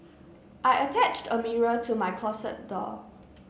I attached a mirror to my closet door